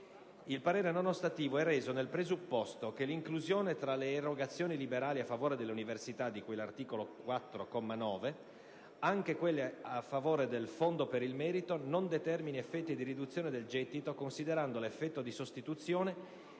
Il parere non ostativo è reso nel presupposto che l'inclusione tra le erogazioni liberali a favore delle università, di cui all'articolo 4, comma 9, anche quelle a favore del "Fondo per il merito" non determini effetti di riduzione del gettito considerando l'effetto di sostituzione